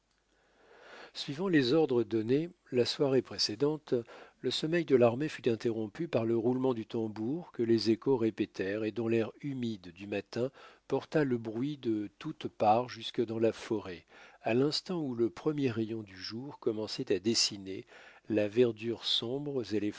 suivant les ordres donnés la soirée précédente le sommeil de l'armée fut interrompu par le roulement du tambour que les échos répétèrent et dont l'air humide du matin porta le bruit de toutes parts jusque dans la forêt à l'instant où le premier rayon du jour commençait à dessiner la verdure sombre